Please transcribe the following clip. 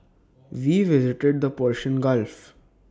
we visited the Persian gulf